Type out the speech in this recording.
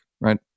right